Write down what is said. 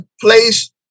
place